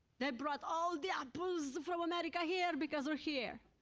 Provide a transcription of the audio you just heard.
they brought all the apples from america here because we're here.